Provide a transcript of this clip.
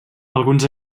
alguns